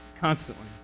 constantly